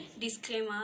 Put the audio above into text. Disclaimer